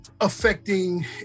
affecting